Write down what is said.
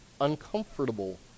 uncomfortable